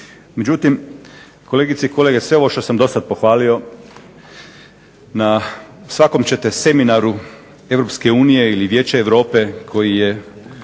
Međutim, kolegice i kolege, sve ovo što sam do sad pohvalio na svakom ćete seminaru Europske unije ili Vijeća Europe koji je